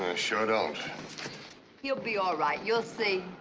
sure don't. he'll be all right. you'll see.